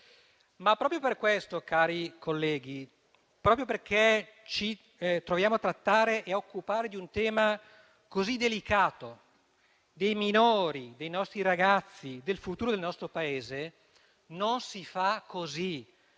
Proprio per questo, cari colleghi, proprio perché ci troviamo a trattare e occuparci di un tema così delicato, riguardante i minori, i nostri ragazzi e il futuro del nostro Paese, non si fa così.